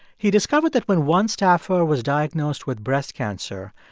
he discovered that when one staffer was diagnosed with breast cancer,